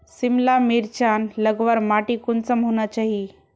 सिमला मिर्चान लगवार माटी कुंसम होना चही?